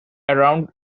around